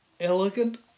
elegant